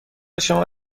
شما